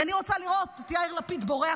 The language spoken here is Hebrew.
כי אני רוצה לראות את יאיר לפיד בורח